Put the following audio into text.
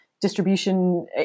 distribution